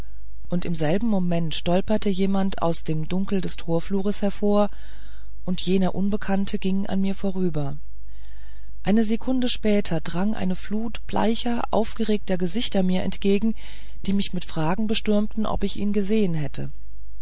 und im selben moment stolperte jemand aus dem dunkel des torflures hervor und jener unbekannte ging an mir vorüber eine sekunde später drang eine flut bleicher aufgeregter gesichter mir entgegen die mich mit fragen bestürmten ob ich ihn gesehen hätte